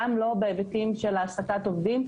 גם לא בהיבטים של העסקת עובדים,